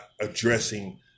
addressing